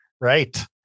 right